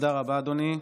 תודה רבה, אדוני.